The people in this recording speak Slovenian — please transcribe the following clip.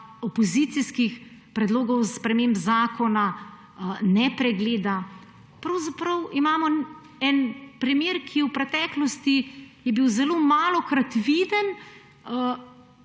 opozicijskih predlogov sprememb zakona ne pregleda. Pravzaprav imamo en primer, ki v preteklosti je bil zelo malokrat viden,